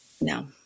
no